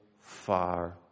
far